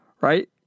Right